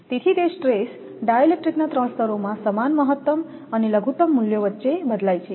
તેથી તે stress dielectrics ના 3 સ્તરોમાં સમાન મહત્તમ અને લઘુત્તમ મૂલ્યો વચ્ચે બદલાય છે